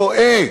טועה.